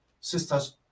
Sisters